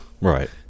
Right